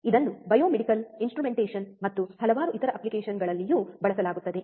ಇದನ್ನು biomedical instrumentation ಮತ್ತು ಹಲವಾರು ಇತರ ಅಪ್ಲಿಕೇಶನ್ಗಳಲ್ಲಿಯೂ ಬಳಸಲಾಗುತ್ತದೆ